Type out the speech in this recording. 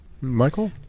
Michael